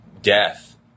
death